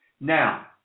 Now